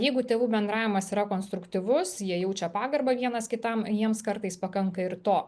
jeigu tėvų bendravimas yra konstruktyvus jie jaučia pagarbą vienas kitam jiems kartais pakanka ir to